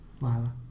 Lila